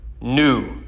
new